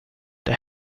det